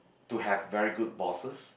to have very good bosses